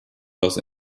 los